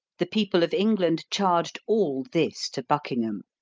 the people of england charged all this to buckingham.